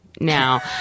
now